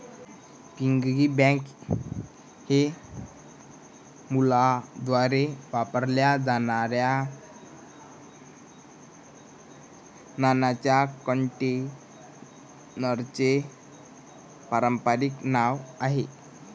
piggy bank हे मुलांद्वारे वापरल्या जाणाऱ्या नाण्यांच्या कंटेनरचे पारंपारिक नाव आहे